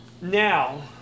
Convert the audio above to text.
Now